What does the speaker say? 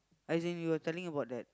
as in you are telling about that